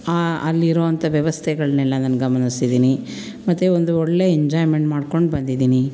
ಆ ಅಲ್ಲಿರುವಂಥ ವ್ಯವಸ್ಥೆಗಳನ್ನೆಲ್ಲ ನಾನು ಗಮನಸಿದ್ದೀನಿ ಮತ್ತು ಒಂದು ಒಳ್ಳೆಯ ಎಂಜಾಯ್ಮೆಂಟ್ ಮಾಡ್ಕೊಂಡು ಬಂದಿದ್ದೀನಿ